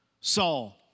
Saul